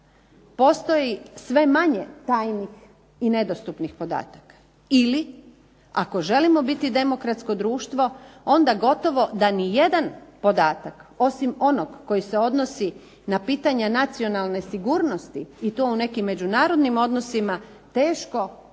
postoji sve manje tajnih i nedostupnih podataka ili ako želimo biti demokratsko društvo, onda gotovo da nijedan podatak osim onog koji se odnosi na pitanje nacionalne sigurnosti i to u nekim međunarodnim odnosima, teško da